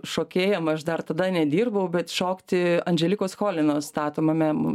šokėjam aš dar tada nedirbau bet šokti andželikos cholinos statomame